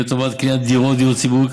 לטובת קניית דירות דיור ציבורי,